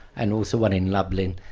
and also one in lublin,